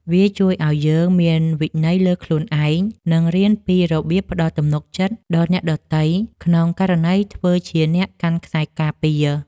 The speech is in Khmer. វាជួយឱ្យយើងមានវិន័យលើខ្លួនឯង និងរៀនពីរបៀបផ្ដល់ទំនុកចិត្តដល់អ្នកដទៃ ក្នុងករណីធ្វើជាអ្នកកាន់ខ្សែការពារ។